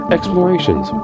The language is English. Explorations